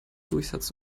durchsatz